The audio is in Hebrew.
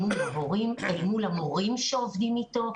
מול ההורים, מול המורים שעובדים איתם.